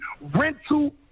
rental